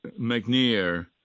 McNear